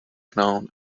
known